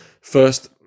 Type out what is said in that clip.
First